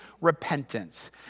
repentance